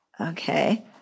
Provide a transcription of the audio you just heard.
Okay